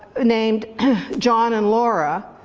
ah named john and laura,